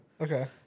Okay